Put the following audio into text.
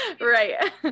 right